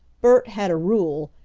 bert had a rule,